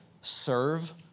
serve